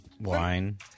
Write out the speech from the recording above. Wine